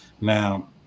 now